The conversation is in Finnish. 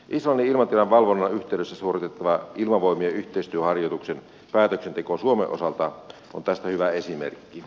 islannin ilmatilan valvonnan yhteydessä suoritettava ilmavoimien yhteistyöharjoituksen päätöksenteko suomen osalta on tästä hyvä esimerkki